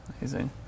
Amazing